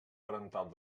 parental